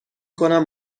کنم